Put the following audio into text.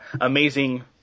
amazing